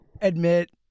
admit